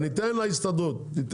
אנחנו